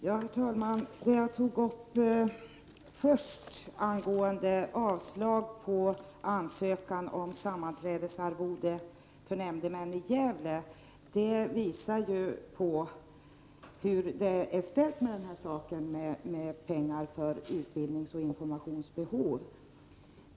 Herr talman! Det som jag tog upp först, angående avslag på ansökan om sammanträdesarvode för nämndemän i Gävle, visar ju hur det är ställt med pengar för utbildningsoch informationsbehov.